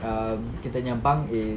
um kita nya bunk is